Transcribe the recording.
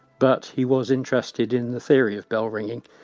but he was interested in the theory of bell ringing.